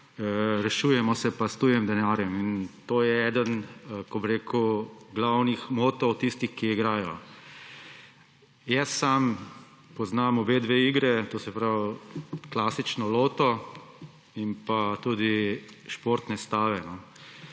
rešujemo se pa s tujim denarjem in to je eden glavnih motov tistih, ki igrajo. Sam poznam obe igri, to se pravi klasični loto in tudi športne stave.